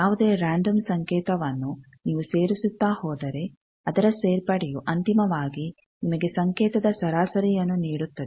ಯಾವುದೇ ರೆಂಡಮ್ ಸಂಕೇತವನ್ನು ನೀವು ಸೇರಿಸುತ್ತಾ ಹೋದರೆ ಅದರ ಸೇರ್ಪಡೆಯು ಅಂತಿಮವಾಗಿ ನಿಮಗೆ ಸಂಕೇತದ ಸರಾಸರಿಯನ್ನು ನೀಡುತ್ತದೆ